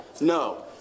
No